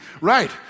right